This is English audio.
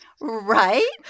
right